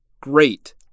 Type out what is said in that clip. great